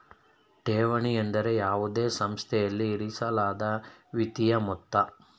ಠೇವಣಿ ಎಂದರೆ ಯಾವುದೇ ಸಂಸ್ಥೆಯಲ್ಲಿ ಇರಿಸಲಾದ ವಿತ್ತೀಯ ಮೊತ್ತ